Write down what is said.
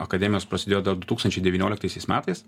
akademijos prasidėjo dar du tūkstančiai devynioliktaisiais metais